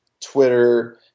Twitter